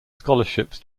scholarships